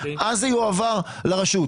אז זה יועבר לרשות,